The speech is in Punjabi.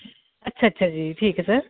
ਅੱਛਾ ਅੱਛਾ ਜੀ ਠੀਕ ਹੈ ਸਰ